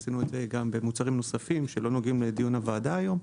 עשינו את זה גם במוצרים נוספים שלא נוגעים לדיון הוועד היום,